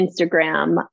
Instagram